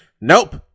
nope